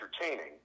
entertaining